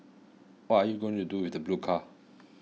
what are you going to do with the blue car